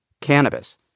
cannabis